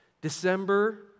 December